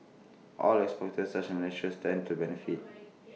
oil exporters such as Malaysia stand to benefit